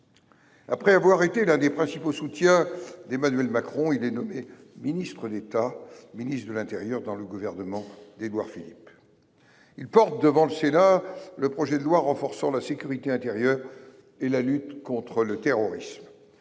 Après avoir été l’un des principaux soutiens d’Emmanuel Macron, il est nommé ministre d’État, ministre de l’intérieur, dans le gouvernement d’Édouard Philippe. Il porte alors devant le Sénat le projet de loi renforçant la sécurité intérieure et la lutte contre le terrorisme,